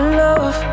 love